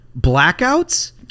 Blackouts